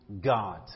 God